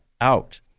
out